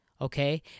okay